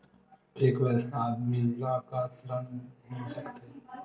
एक वयस्क आदमी ल का ऋण मिल सकथे?